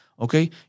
Okay